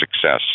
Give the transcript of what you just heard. success